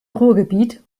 ruhrgebiet